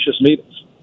meetings